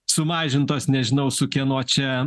sumažintos nežinau su kieno čia